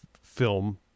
film